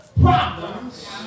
problems